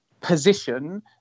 position